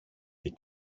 δει